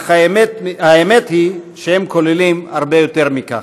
אך האמת היא שהם כוללים הרבה יותר מכך,